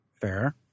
fair